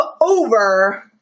over